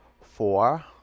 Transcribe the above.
Four